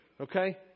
okay